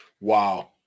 Wow